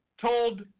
told